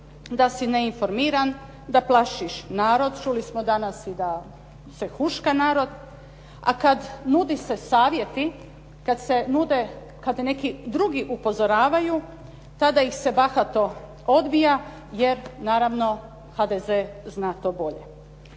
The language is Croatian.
da si neinformiran, da plašiš narod, čuli smo danas i da se huška narod. A kad se nude savjeti, kad te neki drugi upozoravaju, tada ih se bahato odbija jer naravno HDZ zna to bolje.